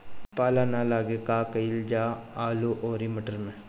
पाला न लागे का कयिल जा आलू औरी मटर मैं?